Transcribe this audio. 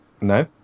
No